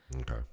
Okay